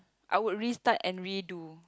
I would restart and redo